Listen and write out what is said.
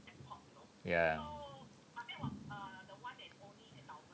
ya